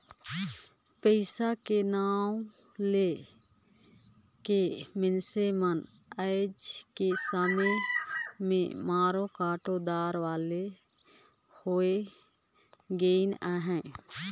पइसा के नांव ले के मइनसे मन आएज के समे में मारो काटो दार वाले होए गइन अहे